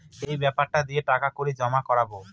এই বেপারটা দিয়ে টাকা কড়ি জমা করাবো